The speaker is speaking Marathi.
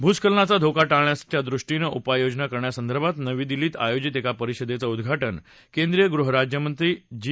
भूस्खलनाचा धोका टाळण्याच्या दृष्टीनं उपाययोजना करण्यासंदर्भात नवी दिल्लीत आयोजित एका परिषदेचं उद्वाटन केंद्रीय गृहराज्यमंत्री जी